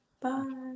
bye